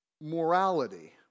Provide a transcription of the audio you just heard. morality